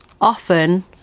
often